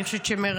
אני פשוט שמירב,